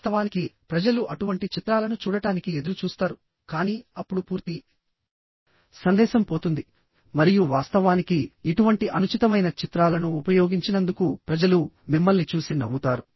వాస్తవానికి ప్రజలు అటువంటి చిత్రాలను చూడటానికి ఎదురు చూస్తారుకానీ అప్పుడు పూర్తి సందేశం పోతుంది మరియు వాస్తవానికి ఇటువంటి అనుచితమైన చిత్రాలను ఉపయోగించినందుకు ప్రజలు మిమ్మల్ని చూసి నవ్వుతారు